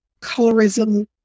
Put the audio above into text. colorism